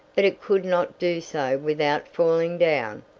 but it could not do so without falling down,